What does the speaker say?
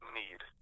need